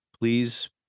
Please